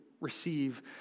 receive